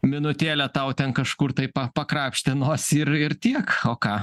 minutėlę tau ten kažkur tai pa pakrapštė nosį ir ir tiek o ką